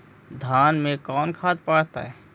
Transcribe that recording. धान मे कोन खाद पड़तै?